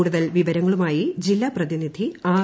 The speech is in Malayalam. കൂടുതൽ വിവരങ്ങളുമായി ജില്ലാ പ്രതിനിധി ആർ